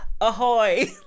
ahoy